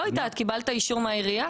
לא יודעת, קיבלת אישור מהעירייה?